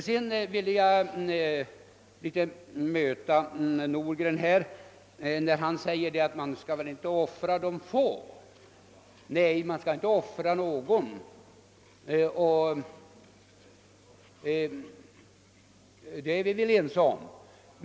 Herr Nordgren säger att man inte skall offra de få. Nej, man skall inte offra någon — det är vi väl ense om.